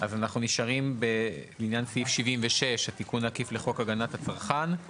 אז אנחנו נשארים בעניין סעיף 76 תיקון עקיף להגנת הצרכן,